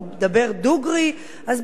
אז בואו תדברו ברור ודוגרי.